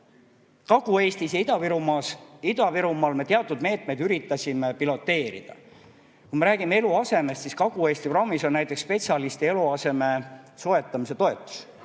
Kagu-Eestis ja Ida-Virumaal me teatud meetmeid üritasime piloteerida. Kui me räägime eluasemetest, siis Kagu-Eesti programmis on näiteks spetsialisti eluaseme soetamise toetus.